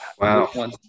Wow